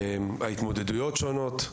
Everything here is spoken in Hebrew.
ההתמודדויות שונות.